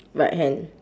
right hand